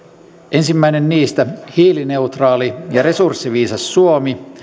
ensimmäinen niistä hiilineutraali ja resurssiviisas suomi